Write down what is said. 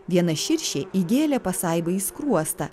viena širšė įgėlė pasaibai į skruostą